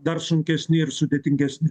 dar sunkesni ir sudėtingesni